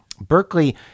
berkeley